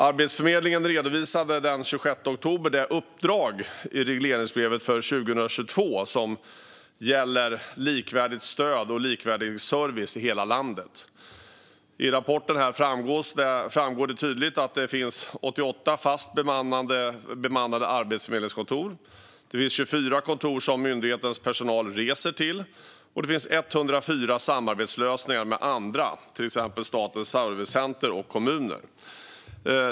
Arbetsförmedlingen redovisade den 26 oktober det uppdrag i regleringsbrevet för 2022 som gäller likvärdigt stöd och likvärdig service i hela landet. I rapporten framgår tydligt att det finns 88 fast bemannade arbetsförmedlingskontor, 24 kontor som myndighetens personal reser till och 104 samarbetslösningar med andra, till exempel Statens servicecenter och kommuner.